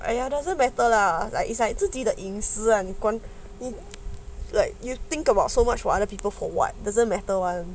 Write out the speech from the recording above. !aiya! doesn't matter lah like it's like 自己的隐私 ah 你管人 like you think so much about other people for what doesn't matter [one]